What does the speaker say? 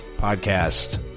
podcast